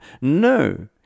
No